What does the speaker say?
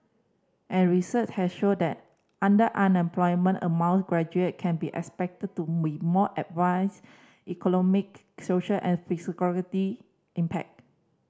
and research has shown that underemployment among graduate can be expected to we more adverse economic social and physicality impact